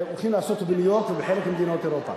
והולכים לעשות אותו בניו-יורק ובחלק ממדינות אירופה.